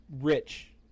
Rich